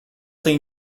tej